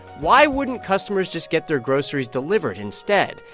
why wouldn't customers just get their groceries delivered instead?